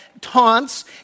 taunts